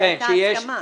שזה עובר